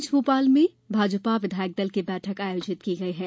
आज भोपाल में भाजपा विधायक दल की बैठक आयोजित की गई है